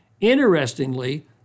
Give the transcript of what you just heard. Interestingly